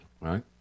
Right